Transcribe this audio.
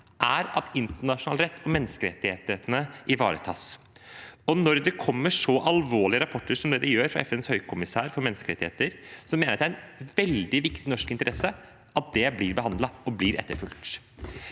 er at internasjonal rett og menneskerettighetene ivaretas. Og når det kommer så alvorlige rapporter som det det gjør fra FNs høykommissær for menneskerettigheter, mener jeg det er en veldig viktig norsk interesse at det blir behandlet og fulgt